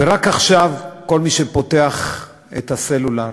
ורק עכשיו, כל מי שפותח את הסלולר